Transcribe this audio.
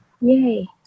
Yay